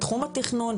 בתחום התכנון,